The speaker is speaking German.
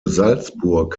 salzburg